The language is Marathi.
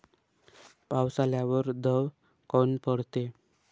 पाऊस आल्यावर दव काऊन पडते?